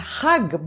hug